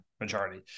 majority